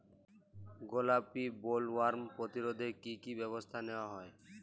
গোলাপী বোলওয়ার্ম প্রতিরোধে কী কী ব্যবস্থা নেওয়া হয়?